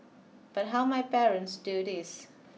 but how might parents do this